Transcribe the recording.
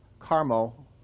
Carmel